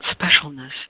specialness